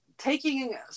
Taking